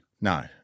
No